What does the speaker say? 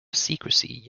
secrecy